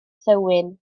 thywyn